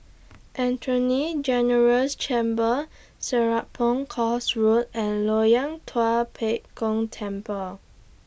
Attorney General's Chambers Serapong Course Road and Loyang Tua Pek Kong Temple